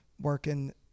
working